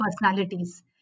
personalities